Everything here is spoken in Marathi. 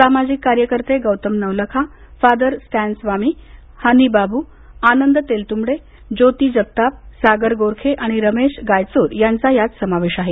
सामाजिक कार्यकर्ते गौतम नवलाखा फादर स्टॅन स्वामी हॅनी बाबू आनंद तेलतूंबडे ज्योती जगताप सागर गोरखे आणि रमेश गायचोर यांचा यात समावेश आहे